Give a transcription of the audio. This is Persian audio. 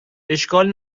اشکال